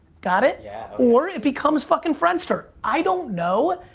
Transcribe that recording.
got it? yeah. or it becomes fuckin' friendster. i don't know,